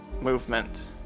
movement